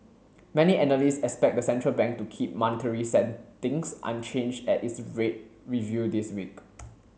many analysts expect the central bank to keep monetary unchanged at its rate review this week